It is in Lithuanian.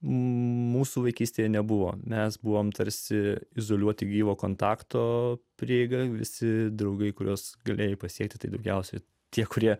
mūsų vaikystėje nebuvo mes buvome tarsi izoliuoti gyvo kontakto prieiga visi draugai kuriuos galėjai pasiekti tai daugiausiai tie kurie